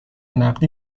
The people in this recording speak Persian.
نقدی